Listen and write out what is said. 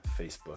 Facebook